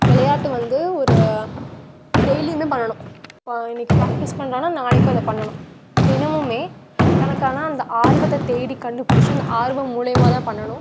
விளையாட்டு வந்து ஒரு டெய்லியும் பண்ணணும் இப்போ இன்றைக்கி பிராக்டிஸ் பண்ணுறானா நாளைக்கும் அதை பண்ணணும் தினமும் தனக்கான அந்த ஆர்வத்தை தேடி கண்டுப்பிடிச்சி அந்த ஆர்வம் மூலிமா தான் பண்ணணும்